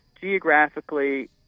geographically